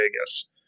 Vegas